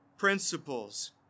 principles